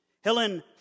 Helen